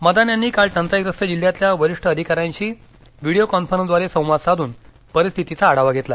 मदान यांनी काल टंचाईग्रस्त जिल्ह्यातल्या वरिष्ठ अधिकाऱ्यांशी व्हिडिओ कॉन्फरन्सद्वारे संवाद साधून परिस्थितीचा आढावा घेतला